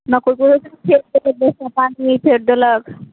नहि कोइ कोइ होइत छै ने जे पानि फेँट देलक